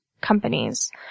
companies